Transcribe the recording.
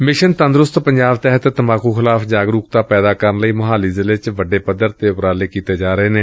mission ਤੰਦਰੁਸਤ ਪੰਜਾਬ ਤਹਿਤ ਤੰਬਾਕੂ ਖਿਲਾਫ਼ ਜਾਗਰੂਕਤਾ ਪੈਦਾ ਕਰਨ ਲਈ ਮੁਹਾਲੀ ਜ਼ਿਲ੍ਹੇ ਚ ਵੱਡੇ ਪੱਧਰ ਤੇ ਉਪਰਾਲੇ ਕੀਤੇ ਜਾ ਰਹੇ ਨੇ